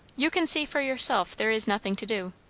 you can see for yourself, there is nothing to do.